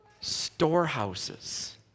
storehouses